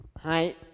Hi